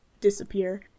disappear